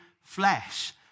flesh